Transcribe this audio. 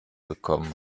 bekommen